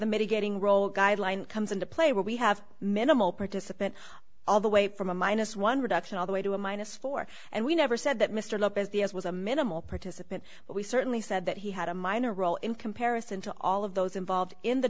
the mitigating role guideline comes into play when we have minimal participant all the way from a minus one reduction all the way to a minus four and we never said that mr lopez the as was a minimal participant but we certainly said that he had a minor role in comparison to all of those involved in the